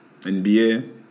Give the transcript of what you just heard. NBA